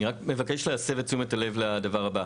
אני רק מבקש להסב את תשומת הלב לדבר הבא.